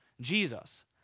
Jesus